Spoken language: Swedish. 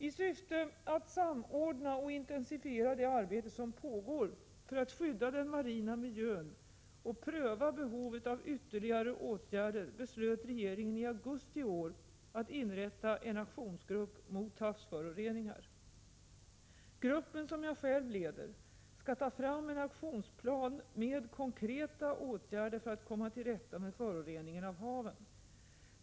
I syfte att samordna och intensifiera det arbete som pågår för att skydda den marina miljön och pröva behovet av ytterligare åtgärder beslöt regeringen i augusti i år att inrätta en aktionsgrupp mot havsföroreningar. Gruppen, som jag själv leder, skall ta fram en aktionsplan med konkreta åtgärder för att komma till rätta med föroreningen av haven.